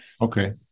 Okay